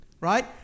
right